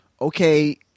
okay